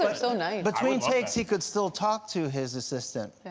so nice! between takes he could still talk to his assistant,